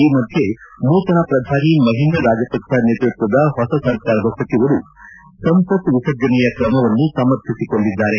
ಈ ಮಧ್ಯೆ ನೂತನ ಪ್ರಧಾನಿ ಮಹಿಂದಾ ರಾಜಪಕ್ಲ ನೇತೃತ್ವದ ಹೊಸ ಸರ್ಕಾರದ ಸಚಿವರು ಸಂಸತ್ ವಿಸರ್ಜನೆಯ ಕ್ರಮವನ್ನು ಸಮರ್ಥಿಸಿಕೊಂಡಿದ್ದಾರೆ